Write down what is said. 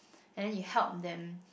and then you help them